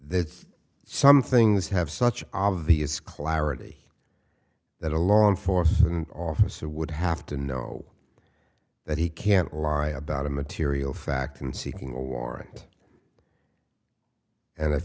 are some things have such obvious clarity that a law enforcement officer would have to know that he can lie about a material fact and seeking a warrant and if